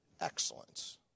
excellence